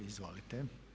Izvolite.